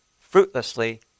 fruitlessly